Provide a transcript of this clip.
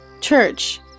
Church